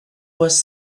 was